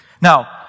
Now